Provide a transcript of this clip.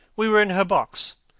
we were in her box.